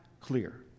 clear